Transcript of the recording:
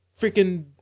freaking